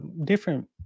different